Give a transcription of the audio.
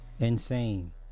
Insane